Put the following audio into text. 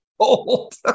cold